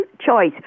choice